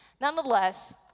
Nonetheless